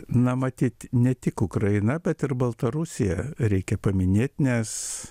na matyt ne tik ukraina bet ir baltarusija reikia paminėt nes